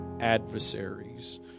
adversaries